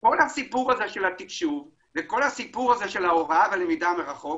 כל הסיפור של התקשוב וכל הסיור של ההוראה והלמידה מרחוק